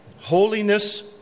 holiness